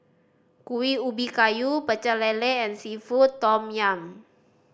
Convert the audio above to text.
Kuih Ubi Kayu Pecel Lele and seafood tom yum